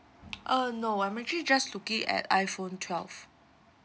uh no I'm actually just looking at iphone twelve